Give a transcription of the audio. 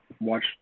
watch